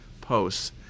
posts